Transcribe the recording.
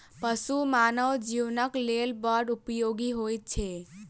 पशु मानव जीवनक लेल बड़ उपयोगी होइत छै